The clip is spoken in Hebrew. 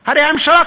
בזמנו.